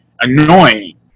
annoying